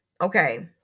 Okay